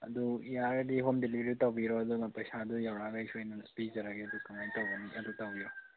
ꯑꯗꯨ ꯌꯥꯔꯒꯗꯤ home delivery ꯇꯧꯕꯤꯔꯣ ꯑꯗꯨꯒ ꯄꯩꯁꯥꯗꯨ ꯌꯧꯔꯛꯑꯒ ꯑꯩ ꯁꯣꯏꯗꯅ ꯄꯤꯖꯔꯒꯦ ꯑꯗꯨ ꯀꯃꯥꯏꯅ ꯇꯧꯕꯅꯣ ꯑꯗꯨ ꯇꯧꯕꯤꯔꯣ